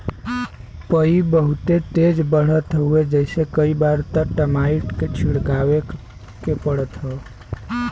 पई बहुते तेज बढ़त हवे जेसे कई बार त टर्माइट के छिड़कवावे के पड़त हौ